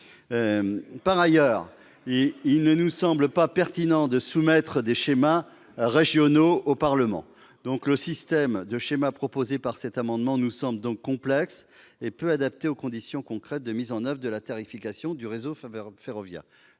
Par ailleurs, il ne nous semble pas pertinent de soumettre des schémas régionaux au Parlement. Le système de schémas proposé cet amendement nous semble donc complexe et peu adapté aux conditions concrètes de mise en oeuvre de la tarification du réseau ferroviaire.